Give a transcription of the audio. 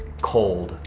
cold.